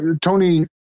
Tony